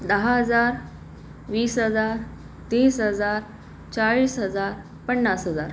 दहा हजार वीस हजार तीस हजार चाळीस हजार पन्नास हजार